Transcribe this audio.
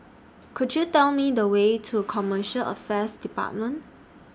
Could YOU Tell Me The Way to Commercial Affairs department